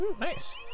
nice